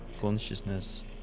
consciousness